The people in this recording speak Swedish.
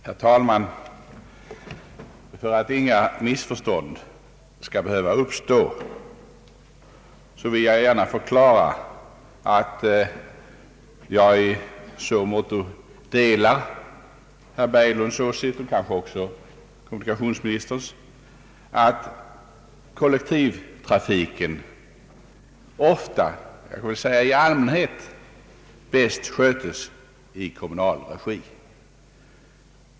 Herr talman! För att inga missförstånd skall behöva uppstå vill jag gärna förklara att jag i så måtto delar herr Berglunds åsikt och kanske också kommunikationsministerns att jag är ense med dem om att kollektivtrafiken ofta — jag får väl säga i allmänhet — bäst skötes i kommunal regi.